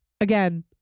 again